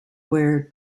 wear